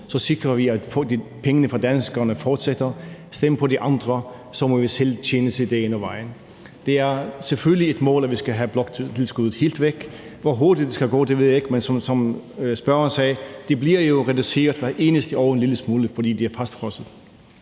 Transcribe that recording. så sikrer vi, at pengene fra danskerne fortsætter, og man siger, at stem på de andre, og så må I selv tjene til dagen og vejen. Det er selvfølgelig et mål, at vi skal have bloktilskuddet helt væk. Hvor hurtigt det skal gå, ved jeg ikke, men som spørgeren sagde, bliver det jo hvert eneste år reduceret en lille smule, fordi det er fastfrosset.